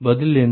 பதில் என்ன